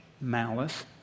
malice